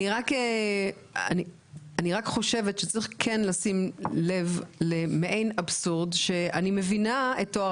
אני רק חושבת שצריך כן לשים לב למעין אבסורד שאני מבינה את טוהר